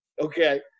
Okay